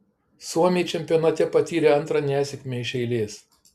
suomiai čempionate patyrė antrą nesėkmę iš eilės